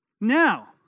Now